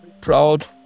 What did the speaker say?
proud